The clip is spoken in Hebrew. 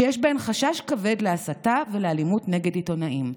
שיש בהן חשש כבד להסתה ולאלימות נגד עיתונאים".